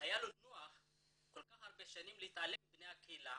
היה לו נוח להתעלם כל כך הרבה שנים מבני הקהילה,